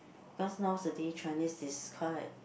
cause nowadays Chinese is quite